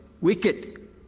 wicked